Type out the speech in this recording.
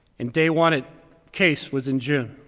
and day one at case was in june,